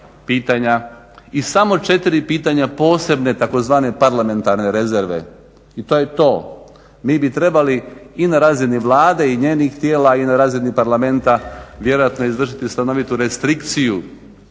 pitanja i samo četiri pitanja posebne tzv. parlamentarne rezerve. I to je to. Mi bi trebali i na razini Vlade i njenih tijela i na razini Parlamenta vjerojatno izdržati stanovitu restrikciju,